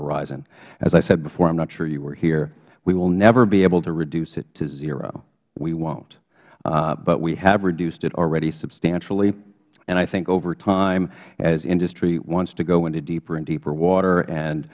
horizon as i said beforeh i'm not sure you were hereh we will never be able to reduce it to zero we won't but we have reduced it already substantially and i think over time as industry wants to go into deeper and deeper water and